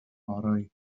orau